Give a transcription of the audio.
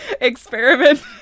experiment